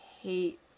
hate